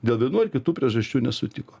dėl vienų ar kitų priežasčių nesutiko